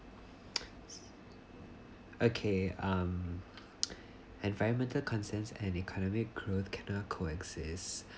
okay um environmental concerns and economic growth cannot coexist